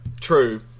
True